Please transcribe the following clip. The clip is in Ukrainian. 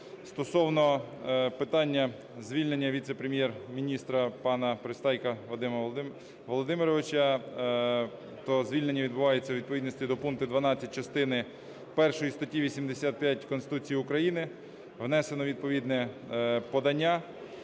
стосовно питання звільнення віце-прем'єр-міністра пана Пристайка Вадима Володимировича, то звільнення відбувається у відповідності до пункту 12 частини першої статті 85 Конституції України, внесено відповідне подання.